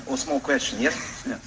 small question, yes?